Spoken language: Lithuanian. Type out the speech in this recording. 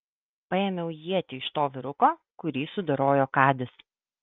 paėmiau ietį iš to vyruko kurį sudorojo kadis